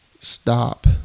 stop